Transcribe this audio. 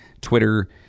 Twitter